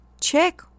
Check